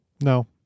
No